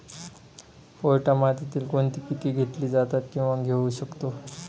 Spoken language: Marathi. पोयटा मातीत कोणती पिके घेतली जातात, किंवा घेऊ शकतो?